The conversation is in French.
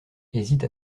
hésite